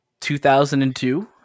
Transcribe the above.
2002